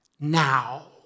now